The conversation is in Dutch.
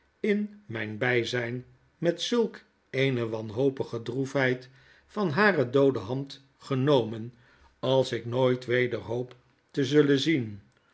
in mijn bij zijn met zulk eene wanhopige droefheid van hare doode hand genomen als ik nooit weder hoop te zullen zien